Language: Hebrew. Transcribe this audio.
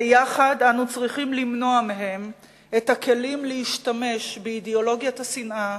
ביחד אנו צריכים למנוע מהם את הכלים להשתמש באידיאולוגיית השנאה